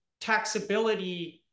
taxability